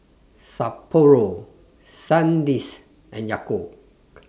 Sapporo Sandisk and Yakult